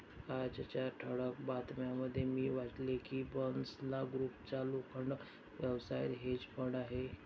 आजच्या ठळक बातम्यांमध्ये मी वाचले की बन्सल ग्रुपचा लोखंड व्यवसायात हेज फंड आहे